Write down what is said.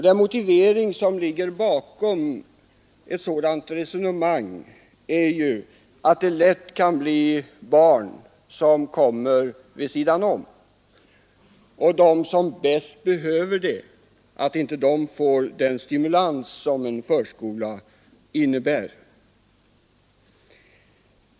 Den motivering som ligger bakom ett sådant resonemang är, att det lätt kan bli så att vissa barn kommer vid sidan om och att de som bäst behöver det inte får den stimulans som förskolan innebär.